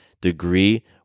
degree